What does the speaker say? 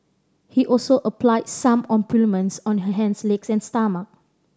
he also applied some on her hands legs and stomach